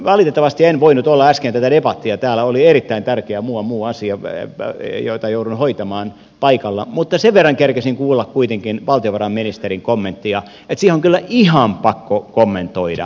valitettavasti en voinut olla äsken debatissa täällä oli erittäin tärkeä muuan muu asia jota jouduin hoitamaan mutta sen verran kerkesin kuulla kuitenkin valtiovarainministerin kommenttia että siihen on kyllä ihan pakko kommentoida